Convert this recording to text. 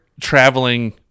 traveling